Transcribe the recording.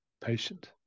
patient